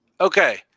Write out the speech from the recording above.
Okay